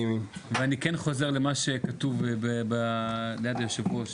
אני כן חוזר למה שכתוב ליד יושב הראש.